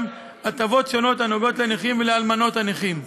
הטבות שונות הנוגעות לנכים ולאלמנות הנכים.